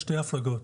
שתי הפלגות.